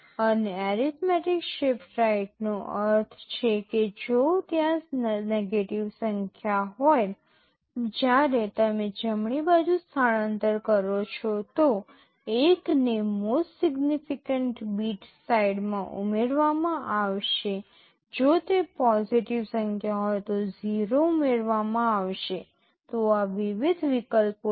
અને arithmetic shift right નો અર્થ એ છે કે જો ત્યાં નેગેટિવ સંખ્યા હોય જ્યારે તમે જમણી બાજુ સ્થળાંતર કરો છો તો 1 ને મોસ્ટ સિગ્નીફીકેન્ટ બીટ સાઇડમાં ઉમેરવામાં આવશે જો તે પોજિટિવ સંખ્યા હોય તો 0 ઉમેરવામાં આવશે તો આ વિવિધ વિકલ્પો છે